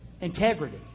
integrity